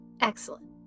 Excellent